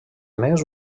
més